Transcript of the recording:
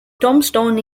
tombstone